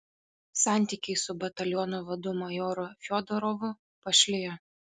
santykiai su bataliono vadu majoru fiodorovu pašlijo